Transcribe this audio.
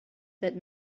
that